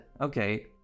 okay